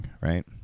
right